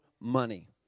money